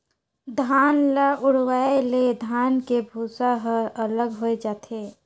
धान ल उड़वाए ले धान के भूसा ह अलग होए जाथे